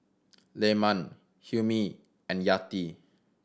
Leman Hilmi and Yati